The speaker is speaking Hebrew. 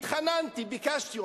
התחננתי, ביקשתי.